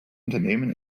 unternehmen